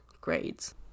grades